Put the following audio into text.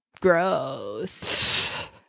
gross